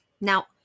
Now